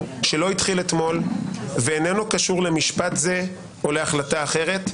שלא התחיל אתמול ואיננו קשור למשפט זה או להחלטה אחרת,